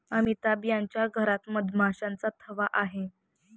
अमिताभ यांच्या घरात मधमाशांचा थवा आहे